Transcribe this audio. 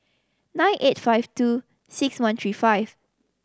nine eight five two six one three five